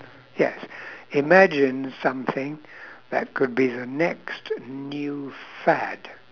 yes imagine something that could be the next new fad